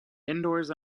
indoors